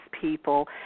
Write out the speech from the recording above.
people